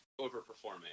overperforming